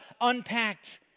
unpacked